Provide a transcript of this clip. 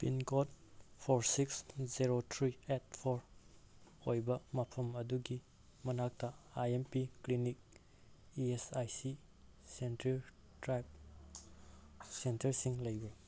pin code four six zero three eight four ꯑꯣꯏꯕ ꯃꯐꯝ ꯑꯗꯨꯒꯤ ꯃꯅꯥꯛꯇ I M P clinic E S I C centre type ꯁꯦꯟꯇꯔꯁꯤꯡ ꯂꯩꯕ꯭ꯔꯥ